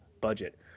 budget